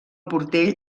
portell